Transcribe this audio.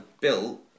built